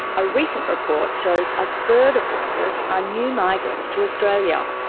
a recent report shows a third of workers are new migrants to australia,